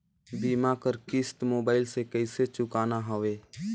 बीमा कर किस्त मोबाइल से कइसे चुकाना हवे